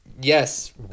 yes